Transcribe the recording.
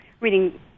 reading